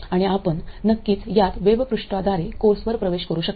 आणि आपण नक्कीच यात वेबपृष्ठाद्वारे कोर्सवर प्रवेश करू शकता